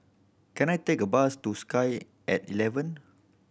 can I take a bus to Sky At Eleven